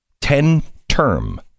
Ten-term